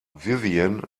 vivien